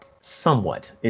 Somewhat